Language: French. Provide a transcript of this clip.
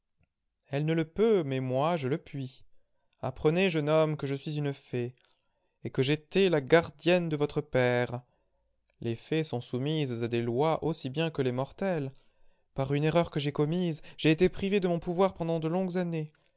elle ne le peut mais moi je le puis apprenez jeune homme que je suis une fée et que j'étais la gardienne de votre père les fées sont soumises à des lois aussi bien que les mortels par une erreur que j'ai commise j'ai été privée de mon pouvoir pendant de longues années